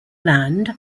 land